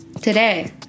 today